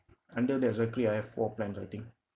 under the zachary I have four plans I think